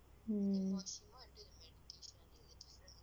mm